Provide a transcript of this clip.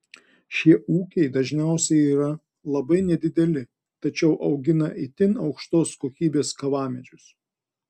šie ūkiai dažniausiai yra labai nedideli tačiau augina itin aukštos kokybės kavamedžius